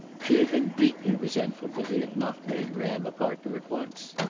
she had been deeply resentful that he had not made graham a partner at once.